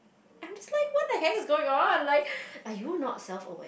I'm just like what the heck is going on like are you not self aware